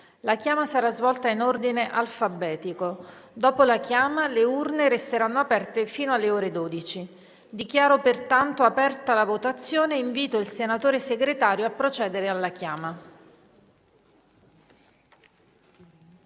La chiama sarà svolta in ordine alfabetico. Dopo la chiama le urne resteranno aperte fino alle ore 12. Dichiaro pertanto aperta la votazione e invito il senatore Segretario a procedere all'appello.